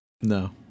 No